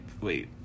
wait